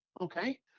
Okay